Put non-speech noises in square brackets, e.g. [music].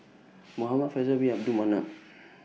[noise] Muhamad Faisal Bin Abdul Manap